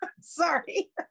Sorry